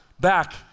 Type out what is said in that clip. back